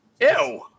Ew